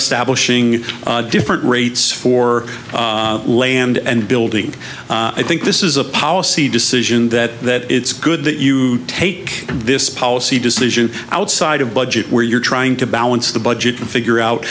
establishing different rates for land and building i think this is a policy decision that it's good that you take this policy decision outside of budget where you're trying to balance the budget and figure out